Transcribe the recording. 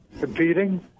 competing